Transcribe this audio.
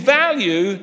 value